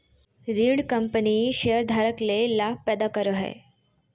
ऋण कंपनी शेयरधारक ले लाभ पैदा करो हइ